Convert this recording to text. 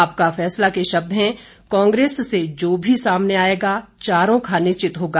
आपका फैसला के शब्द हैं कांग्रेस से जो भी सामने आएगा चारों खाने चित होगा